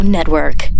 Network